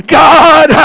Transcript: god